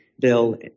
bill